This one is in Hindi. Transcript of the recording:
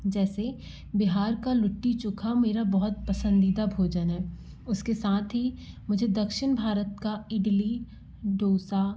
जैसे बिहार का लट्टी चोखा मेरा बहुत पसंदीदा भोजन है उसके साथ ही मुझे दक्षिन भारत का इडली डोसा